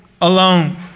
alone